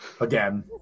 Again